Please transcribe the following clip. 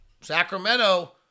Sacramento